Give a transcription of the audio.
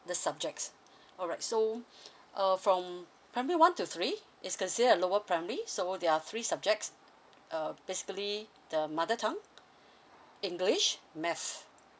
the subjects alright so uh from primary one to three is considered a lower primary so there are three subjects uh basically the mother tongue english math